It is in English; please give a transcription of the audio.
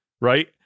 right